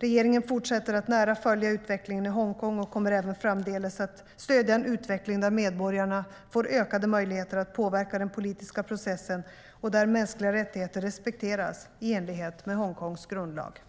Regeringen fortsätter att nära följa utvecklingen i Hongkong och kommer även framdeles att stödja en utveckling där medborgarna får ökade möjligheter att påverka den politiska processen och där mänskliga rättigheter respekteras, i enlighet med Hongkongs grundlag.